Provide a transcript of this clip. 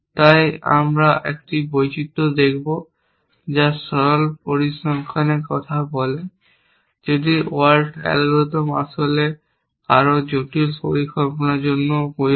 তাই আমরা একটি বৈচিত্র দেখব যা সরল পরিসংখ্যানের কথা বলে যদিও ওয়াল্টজ অ্যালগরিদম আসলে আরও জটিল পরিসংখ্যানের জন্য প্রযোজ্য